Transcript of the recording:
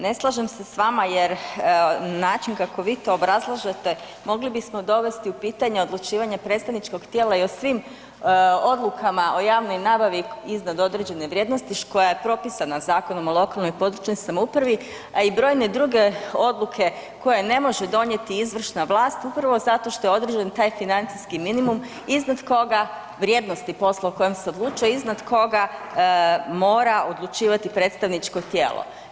Ne slažem se s vama jer način kako vi to obrazlažete mogli bismo dovesti u pitanje odlučivanje predstavničkog tijela i o svim odlukama o javnoj nabavi iznad određene vrijednosti koja je propisana Zakonom o lokalnoj i područnoj samoupravi, a i brojne druge odluke koje ne može donijeti izvršna vlast upravo zato što je određen taj financijski minimum iznad koga, vrijednosti posla o kojeg se odlučuje iznad koga mora odlučivati predstavničko tijelo.